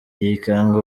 yikanga